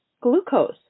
glucose